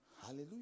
Hallelujah